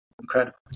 Incredible